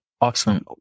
Awesome